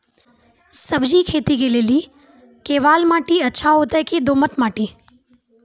सब्जी खेती के लेली केवाल माटी अच्छा होते की दोमट माटी?